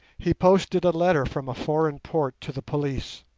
he posted a letter from a foreign port to the police.